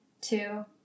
two